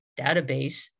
database